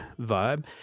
vibe